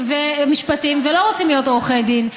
ומשפטים ולא רוצים להיות עורכי דין.